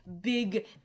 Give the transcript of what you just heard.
big